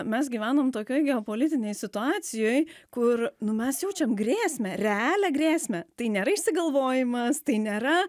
mes gyvenam tokioj geopolitinėj situacijoj kur nu mes jaučiam grėsmę realią grėsmę tai nėra išsigalvojimas tai nėra